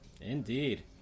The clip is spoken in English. Indeed